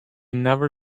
never